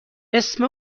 اسم